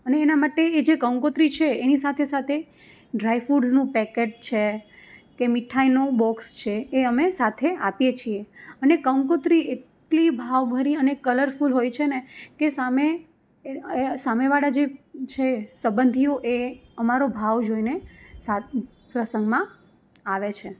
અને એના માટે એજે કંકોત્રી છે એ સાથે સાથે ડ્રાય ફ્રુટ્સ પેકેટ છે કે મીઠાઈનું બોક્સ છે એ અમે સાથે આપીએ છીએ અને કંકોત્રી એટલી ભાવભરી અને કલરફૂલ હોય છેને કે સામે એ સામે વાળા જે છે સબંધીઓએ અમારો ભાવ જોઈને સાથે પ્રસંગમાં આવે છે